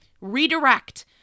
redirect